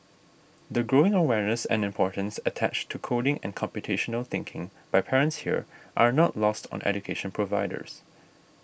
the growing awareness and importance attached to coding and computational thinking by parents here are not lost on education providers